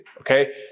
okay